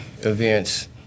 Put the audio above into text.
events